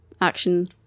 action